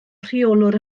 rheolwr